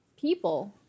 people